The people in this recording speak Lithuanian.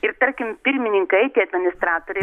ir tarkim pirmininkai tie administratoriai